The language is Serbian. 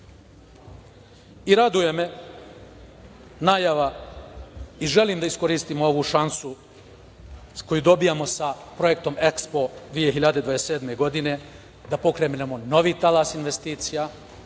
zemlje. Raduje me najava, i želim d iskoristim ovu šansu koju dobijamo sa projektom EKSPO 2027 da pokrenemo novi talas investicija.